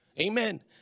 Amen